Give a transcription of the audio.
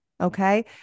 Okay